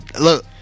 look